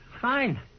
Fine